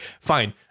fine